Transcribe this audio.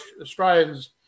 Australians